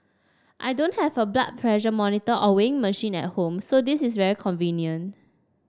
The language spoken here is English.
I don't have a blood pressure monitor or weighing machine at home so this is very convenient